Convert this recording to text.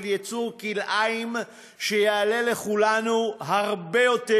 יצור כלאיים שיעלה לכולנו הרבה יותר,